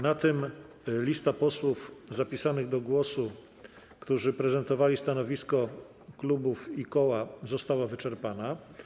Na tym lista posłów zapisanych do głosu, którzy prezentowali stanowisko klubów i koła, została wyczerpana.